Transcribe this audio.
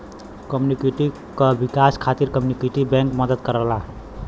community क विकास खातिर कम्युनिटी बैंक मदद करलन